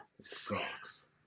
Sucks